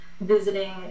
visiting